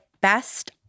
best